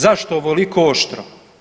Zašto ovoliko oštro?